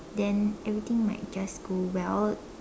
then everything might just go well